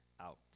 out